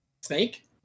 Snake